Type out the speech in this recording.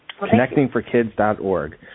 Connectingforkids.org